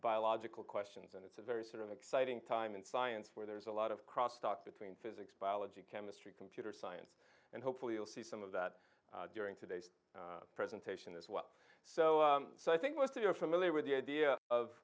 biological questions and it's a very sort of exciting time in science where there's a lot of crosstalk between physics biology chemistry computer science and hopefully you'll see some of that during today's presentation as well so so i think with you're familiar with the idea of